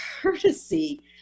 courtesy